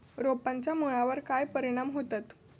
रोपांच्या मुळावर काय परिणाम होतत?